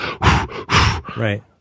right